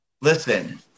Listen